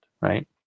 right